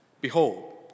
Behold